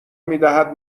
میدهد